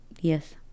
Yes